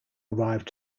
arrived